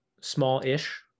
small-ish